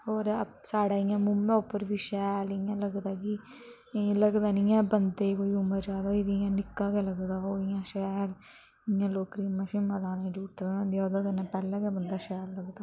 होर साढ़ै इयां मुंहै उप्पर बी शैल इ'यां लगदा कि इ'यां लगदा नी ऐ बंदे कोई उमर ज्यादा होई गेदी इयां निक्का गै लगदा ओह् इ'यां शैल इ'यां लोक क्रीमां श्रीमां लाने दी जरूरत नी पौंदा ऐ ओह्दे कन्नै पैह्ले गै बंदा शैल लगदा